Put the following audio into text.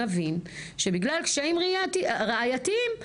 נבין שבגלל קשיים ראייתיים,